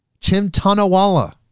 Chimtanawala